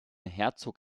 herzog